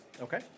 Okay